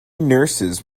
nurses